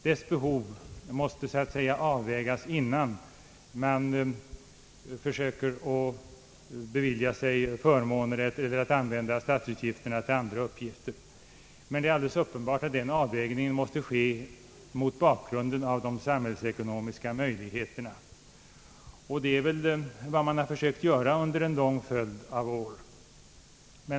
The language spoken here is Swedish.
Dess behov måste fastläggas innan vi använder statens medel till att bevilja oss förmåner, Det är dock alldeles uppenbart, att en avvägning måste göras mot de samhällsekonomiska möjligheterna och det är vad man har försökt att göra under en lång följd av år.